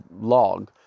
log